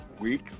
week